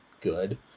good